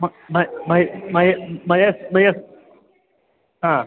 मयस् मयस्